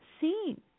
seen